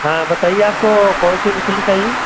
हाँ बताइए आपको कौन सी मछली चाहिए